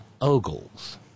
Ogles